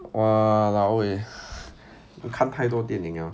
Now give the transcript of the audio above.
!walao! eh 你看太多电影